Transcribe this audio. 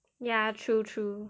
ya true true